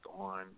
on